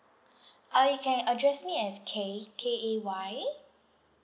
ah you can address me as K K A Y